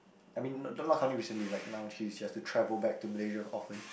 I mean not not counting recently like now she has she has to travel back to Malaysia often